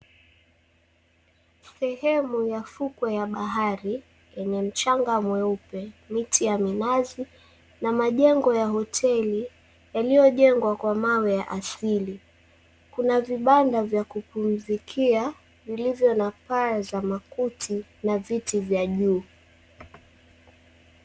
Sehemu ya fukwe ya bahari yenye mchanga mweupe, miti ya minazi na majengo ya hoteli yaliyojengwa kwa mawe ya asili. Kuna vibanda vya kupumzikia zilizona na paa za makuti na viti vya juu.